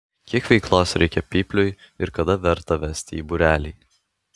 kiek veiklos reikia pypliui ir kada verta vesti į būrelį